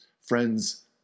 Friends